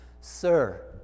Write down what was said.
Sir